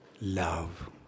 love